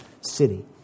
city